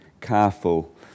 careful